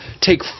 take